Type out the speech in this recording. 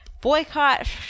boycott